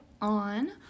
on